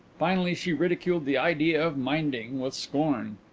finally she ridiculed the idea of minding with scorn.